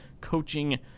coaching